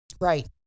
Right